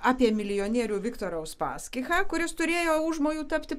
apie milijonierių viktorą uspaskichą kuris turėjo užmojų tapti